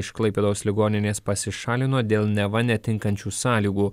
iš klaipėdos ligoninės pasišalino dėl neva netinkančių sąlygų